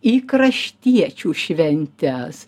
į kraštiečių šventes